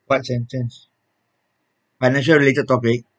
financial related topic